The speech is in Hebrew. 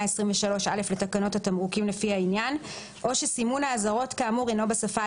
לשימוש בחלק ב' לתוספת הרביעית לתקנות התמרוקים או שאינו עומד